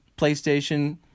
Playstation